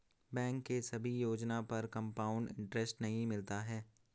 bank के सभी योजना पर कंपाउड इन्टरेस्ट नहीं मिलता है